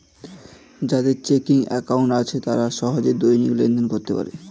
যাদের checking account আছে তারা সহজে দৈনিক লেনদেন করতে পারে